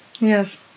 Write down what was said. Yes